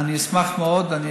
אני אשמח מאוד.